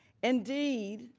indeed,